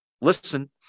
Listen